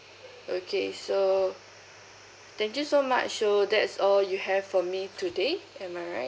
okay so thank you so much so that's all you have for me today am I right